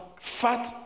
fat